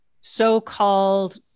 so-called